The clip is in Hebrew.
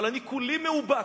אבל אני כולי מאובק,